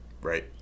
Right